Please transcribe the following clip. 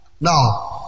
Now